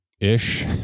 Ish